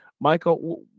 michael